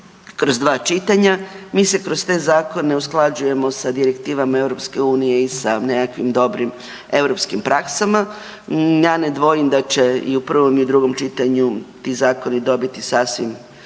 kroz dva čitanja, mi se kroz te zakone usklađujemo sa direktivama EU i sa nekakvim dobrim europskim praksama, ja ne dvojim da će i u prvom i u drugom čitanju ti zakoni dobiti sasvim